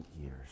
years